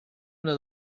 una